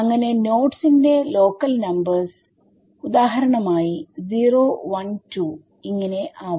അങ്ങനെ നോഡ്സ് ന്റെ ലോക്കൽ നമ്പേഴ്സ്ഉദാഹരണം ആയി 0 1 2 ഇങ്ങനെ ആവും